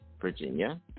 Virginia